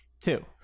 Two